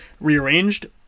rearranged